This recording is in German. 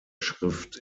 schrift